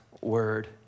word